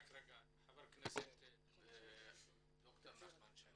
חבר הכנסת ד"ר נחמן שי.